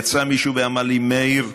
יצא מישהו ואמר לי: מאיר,